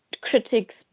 critics